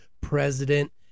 President